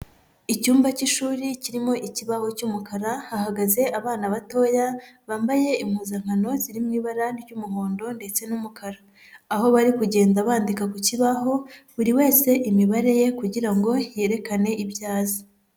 Icyumba cy'ishuri kirimo ikibaho cy'umukara, hahagaze abana batoya bambaye impuzankano ziri mu ibara ry'umuhondo ndetse n'umukara, aho bari kugenda bandika ku kibaho buri wese imibare ye kugira ngo yerekane ibyo azi.